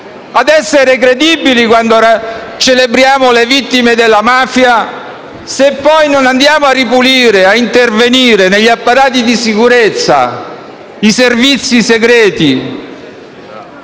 a essere credibili quando celebriamo le vittime della mafia, se poi non andiamo a ripulire e a intervenire negli apparati di sicurezza, sui servizi segreti